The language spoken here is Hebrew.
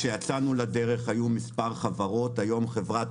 עת יצאנו לדרך היו מספר חברות והיום חברת